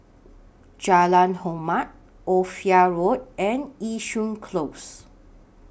Jalan Hormat Ophir Road and Yishun Close